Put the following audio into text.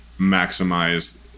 maximize